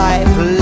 Life